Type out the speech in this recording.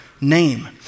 name